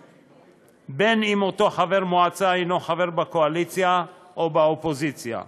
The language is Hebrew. בין שאותו חבר מועצה הוא חבר בקואליציה ובן שהוא חבר באופוזיציה.